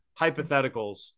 hypotheticals